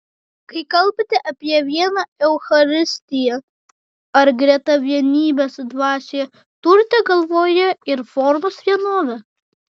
kai kalbate apie vieną eucharistiją ar greta vienybės dvasioje turite galvoje ir formos vienovę